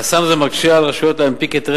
חסם זה מקשה על הרשויות להנפיק היתרי